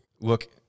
Look